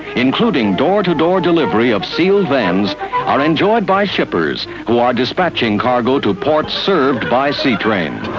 including door-to-door delivery of sealed vans are enjoyed by shippers who are dispatching cargo to ports served by seatrain.